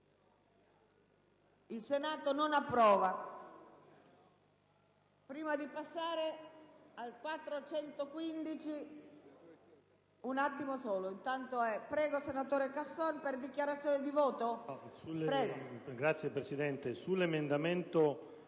**Il Senato non approva**.